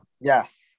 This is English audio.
Yes